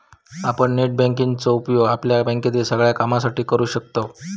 आपण net banking चो उपयोग आपल्या बँकेतील सगळ्या कामांसाठी करू शकतव